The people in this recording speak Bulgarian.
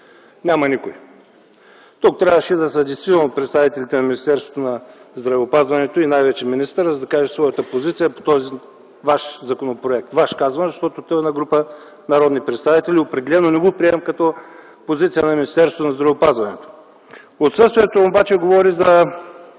Няма никой. Тук трябваше да са действително представителите на Министерството на здравеопазването и най-вече министъра, за да кажат своята позиция по този ваш законопроект. Казвам ваш, защото той е на група народни представители. Определено не го приемам като позиция на Министерство на здравеопазването. Отсъствието им обаче говори за